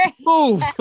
move